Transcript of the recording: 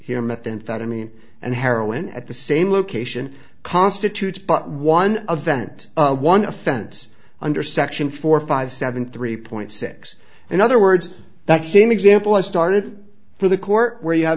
here methamphetamine and heroin at the same location constitutes but one a vent of one offense under section four five seven three point six in other words that same example has started for the court where you have